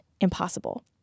impossible